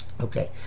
Okay